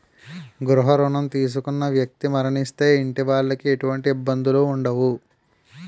గృహ రుణం తీసుకున్న వ్యక్తి మరణిస్తే ఇంటి వాళ్లకి ఎటువంటి ఇబ్బందులు ఉండవు